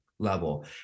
level